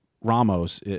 Ramos